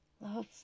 Love